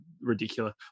ridiculous